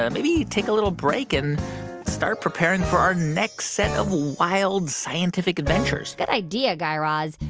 ah maybe take a little break and start preparing for our next set of wild, scientific adventures? good idea, guy raz.